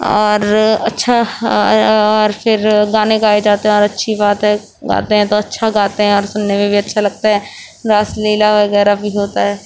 اور اچھا اور اور پھر گانے گائے جاتے ہیں اور اچھی بات ہے گاتے ہیں تو اچھا گاتے ہیں اور سننے میں بھی اچھا لگتا ہے راس لیلا وغیرہ بھی ہوتا ہے